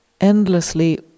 endlessly